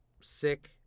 sick